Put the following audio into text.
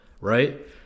Right